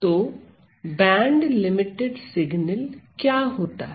तो band limited signal क्या होता है